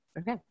okay